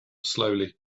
slowly